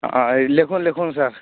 ହଁ ଲେଖୁନ୍ ଲେଖୁନ୍ ସାର୍